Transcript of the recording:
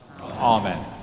Amen